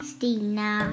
Stina